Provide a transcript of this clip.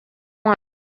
want